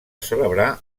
celebrar